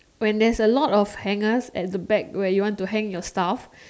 when there's a lot of hangers at the back where you want to hang your stuff